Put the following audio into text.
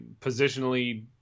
positionally